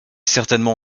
certainement